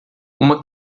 uma